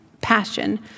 passion